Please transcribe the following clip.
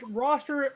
roster